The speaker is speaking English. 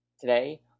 Today